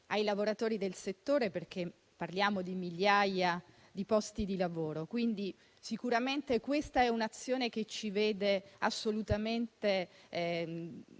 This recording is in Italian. ai lavoratori del settore, perché parliamo di migliaia di posti di lavoro. Pertanto, questa è sicuramente un'azione che ci vede assolutamente